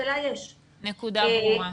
הנקודה ברורה.